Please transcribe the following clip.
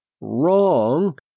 wrong